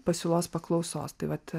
pasiūlos paklausos tai vat